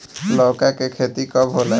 लौका के खेती कब होला?